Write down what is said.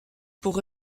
pour